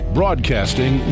Broadcasting